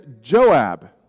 Joab